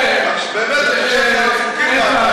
באמת, חיכינו,